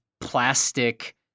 plastic